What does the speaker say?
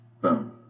boom